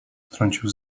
wtrącił